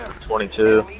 twenty two